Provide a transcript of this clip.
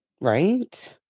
Right